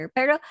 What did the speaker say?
Pero